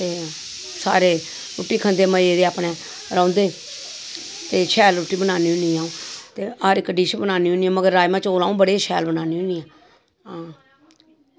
ते सारे मज़े दी रुट्टी खंदे अपने रौहंदे ते शैल रुट्टी बनानी होनी अं'ऊ हर इक्क डिश बनान्नी होन्नी पर राजमांह् चौल अं'ऊ बड़े शैल बनान्नी होन्नी